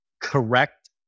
correct